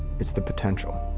it's the potential.